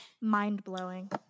mind-blowing